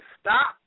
stop